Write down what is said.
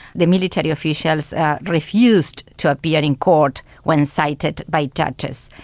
the military officials refused to appear in court when cited by judges.